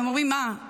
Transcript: והם אומרים: מה,